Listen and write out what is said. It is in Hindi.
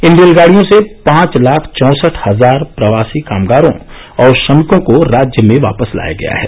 इन रेलगाडियों से पांच लाख चौसठ हजार प्रवासी कामगारों और श्रमिकों को राज्य में वापस लाया गया है